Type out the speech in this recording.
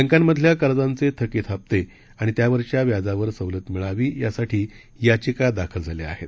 बँकांमधल्या कर्जांचे थकित हफ्ते आणि त्यावरच्या व्याजावर सवलत मिळावी यासाठी याचिका दाखल झाल्या आहेत